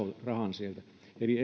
rahan silloin suoraan sieltä eli